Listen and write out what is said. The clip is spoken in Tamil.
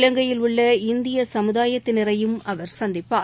இலங்கையில் உள்ள இந்திய சமுதாயத்தினரையும் அவர் சந்திப்பார்